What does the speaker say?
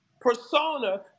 persona